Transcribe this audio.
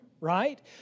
Right